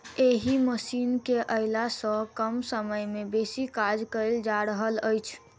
एहि मशीन केअयला सॅ कम समय मे बेसी काज कयल जा रहल अछि